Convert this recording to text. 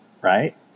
right